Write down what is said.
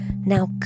now